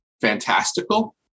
fantastical